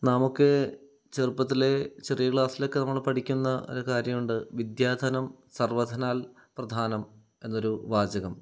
നമുക്ക് ചെറുപ്പത്തിൽ ചെറിയ ക്ലാസിലൊക്കെ നമ്മൾ പഠിക്കുന്ന ഒരു കാര്യമുണ്ട് വിദ്യാ ധനം സർവ്വധനാൽ പ്രധാനം എന്നൊരു വാചകം